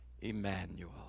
Emmanuel